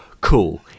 cool